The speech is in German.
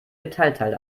metallteil